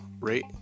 rate